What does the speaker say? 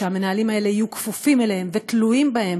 שהמנהלים האלה יהיו כפופים אליהם ותלויים בהם,